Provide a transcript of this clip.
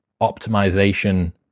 optimization